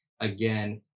again